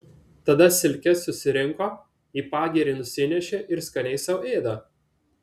tada silkes susirinko į pagirį nusinešė ir skaniai sau ėda